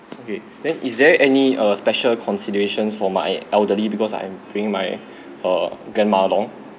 okay then is there any uh special considerations for my elderly because I'm bringing my uh grandma along